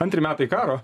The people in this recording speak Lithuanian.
antri metai karo